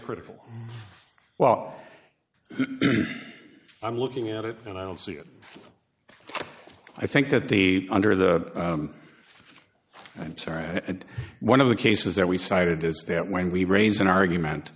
critical well i'm looking at it and i don't see it i think that the under the sea i'm sorry one of the cases that we cited is that when we raise an argument